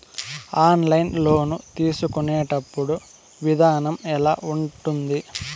online loan తీసుకునేటప్పుడు విధానం ఎలా ఉంటుంది